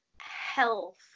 health